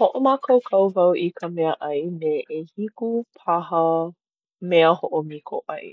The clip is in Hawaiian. Hoʻomākaukau wau i ka meaʻai me ʻehiku paha mea hoʻomiko ʻai.